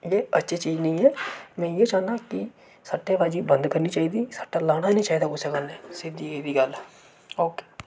एह् अच्छी चीज नेईं ऐ मैं इ'यै चाहन्नां कि सट्टेबाजी बंद करनी चाहिदी सट्टा लाना नी चाहिदा कुसै कन्नै सिद्धी जेह्ड़ी गल्ल ऐ ओके